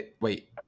Wait